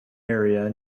area